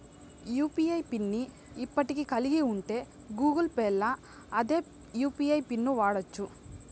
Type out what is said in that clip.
UPI pin ని ఇప్పటికే కలిగుంటే గూగుల్ పేల్ల అదే యూ.పి.ఐ పిన్ను వాడచ్చు